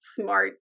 smart